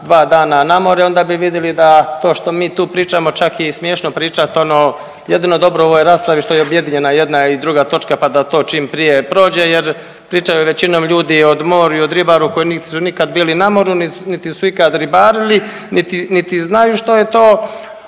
onda bi vidjeli da to što mi tu pričamo čak je i smiješno pričati, ono jedino dobro u ovoj raspravi što je objedinjena jedna i druga točka pa da to čim prije prođe. Jer pričaju većinom ljudi o moru i o ribaru koji nit su nikad bili na moru, niti su ikad ribarili niti znaju što je to.